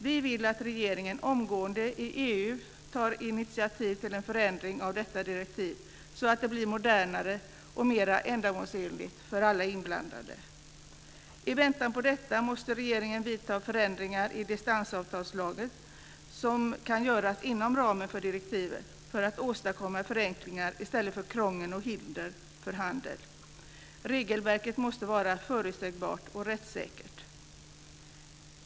Vi vill att regeringen omgående i EU tar initiativ till en förändring av detta direktiv så att det blir modernare och mer ändamålsenligt för alla inblandade. I väntan på detta måste regeringen vidta sådana förändringar i distansavtalslagen som kan göras inom ramen för direktivet för att åstadkomma förenklingar i stället för krångel och hinder för handel. Regelverket måste vara förutsägbart och rättssäkert.